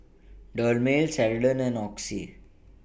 Dermale Ceradan and Oxy